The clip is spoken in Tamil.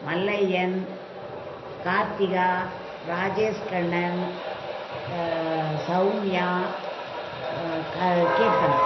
மல்லையன் கார்த்திகா ராஜேஷ் கண்ணன் கா சௌமியா கா கீர்த்தனா